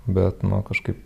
bet nu kažkaip